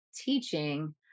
teaching